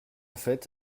fait